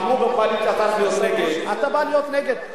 אמרו בקואליציה להיות נגד, אתה בא להיות נגד.